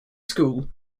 school